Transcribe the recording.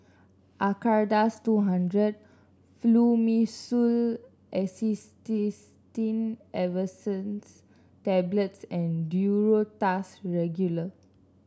Acardust two Hundred Fluimucil Acetylcysteine Effervescent Tablets and Duro Tuss Regular